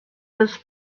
this